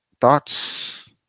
Thoughts